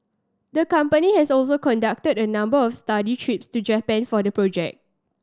the company has also conducted a number of study trips to Japan for the project